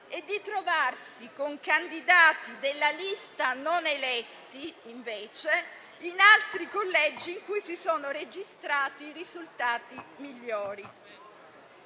e di trovarsi invece con candidati della lista non eletti in altri colleghi in cui si sono registrati i risultati migliori.